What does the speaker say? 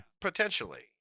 Potentially